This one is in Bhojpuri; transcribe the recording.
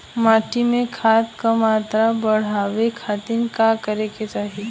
माटी में खाद क मात्रा बढ़ावे खातिर का करे के चाहीं?